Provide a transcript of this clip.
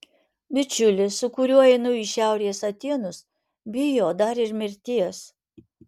bičiulis su kuriuo einu į šiaurės atėnus bijo dar ir mirties